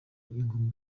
ingoma